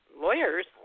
lawyers